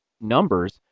numbers